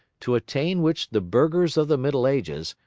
to attain which the burghers of the middle ages,